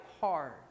hard